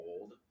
old